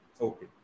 Okay